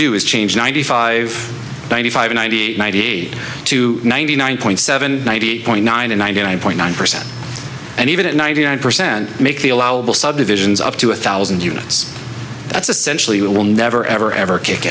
do is change ninety five ninety five ninety ninety eight to ninety nine point seven ninety eight point nine and ninety nine point nine percent and even at ninety nine percent make the allowable subdivisions up to one thousand units that's essentially will never ever ever kick